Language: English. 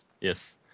Yes